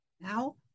Now